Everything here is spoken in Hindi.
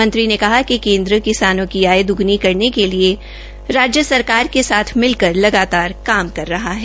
मंत्री ने कहा कि केन्द्र किसानों की आय दोगुणी करने के लिए राज्य सरकार लगातार काम कर रहा है